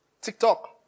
TikTok